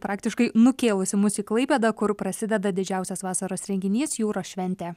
praktiškai nukėlusi mus į klaipėdą kur prasideda didžiausias vasaros renginys jūros šventė